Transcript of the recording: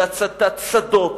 בהצתת שדות,